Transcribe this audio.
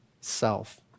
self